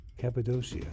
Cappadocia